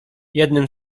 jednym